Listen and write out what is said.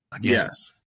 Yes